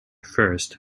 first